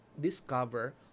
discover